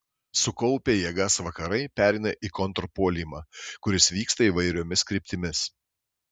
sukaupę jėgas vakarai pereina į kontrpuolimą kuris vyksta įvairiomis kryptimis